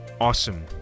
awesome